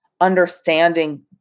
understanding